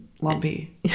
lumpy